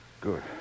Good